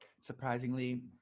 Surprisingly